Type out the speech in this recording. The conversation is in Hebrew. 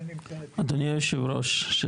(היו"ר יעקב אשר) אדוני יושב הראש.